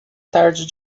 tarde